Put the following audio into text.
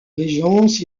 régence